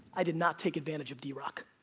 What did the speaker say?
i did not take advantage of drock.